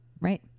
right